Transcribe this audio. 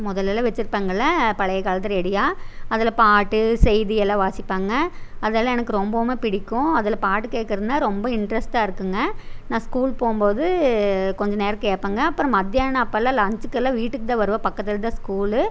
முதல்லேலாம் வச்சுருப்பாங்கள்ல பழைய காலத்து ரேடியா அதில் பாட்டு செய்தி எல்லாம் வாசிப்பாங்க அதெலாம் எனக்கு ரொம்பவுமே பிடிக்கும் அதில் பாட்டு கேட்குறதுனா ரொம்ப இன்ட்ரெஸ்ட்டாக இருக்குங்க நான் ஸ்கூல் போகும்போது கொஞ்ச நேர கேட்பாங்க அப்புறம் மத்தியான அப்பெலாம் லஞ்சுக்கெல்லாம் வீட்டுக்கு தான் வருவேன் பக்கத்தில் தான் ஸ்கூலு